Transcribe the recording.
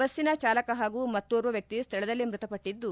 ಬಸ್ಲಿನ ಚಾಲಕ ಹಾಗೂ ಮತ್ತೋರ್ವ ವ್ಯಕ್ತಿ ಸ್ಥಳದಲ್ಲೇ ಮೃತಪಟ್ಟದ್ದು